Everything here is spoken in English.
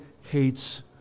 hates